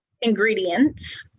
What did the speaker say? ingredients